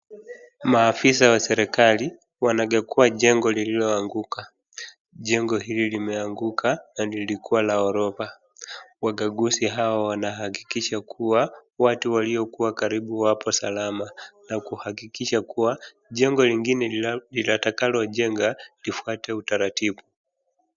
Maafisa wa serikali wanakagua jengo lililoanguka. Jengo hili limeanguka na lilikuwa la ghorofa. Wakaguzi wanahakikisha kuwa watu waliokuwa karibu wapo salama na kuhakikisha kuwa jengo lingine litakalo jengwa lifuate utaratibu.